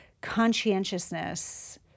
conscientiousness